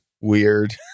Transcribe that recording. Weird